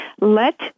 let